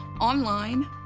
online